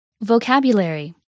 Vocabulary